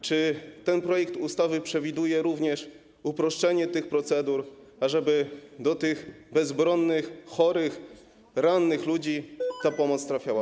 Czy ten projekt ustawy przewiduje również uproszczenie tych procedur, ażeby do tych bezbronnych, chorych, rannych ludzi ta pomoc trafiała?